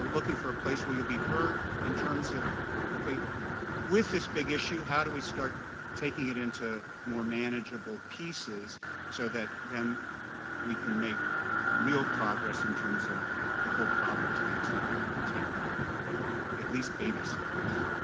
looking for a place where you'll be heard in terms of okay with this big issue, how do we start taking it into more manageable pieces so that then we can make real progress in terms of the whole problem to the extent that we can take at least baby steps.